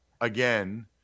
again